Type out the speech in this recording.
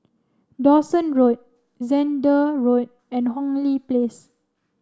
Dawson Road Zehnder Road and Hong Lee Place